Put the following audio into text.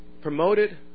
promoted